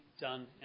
done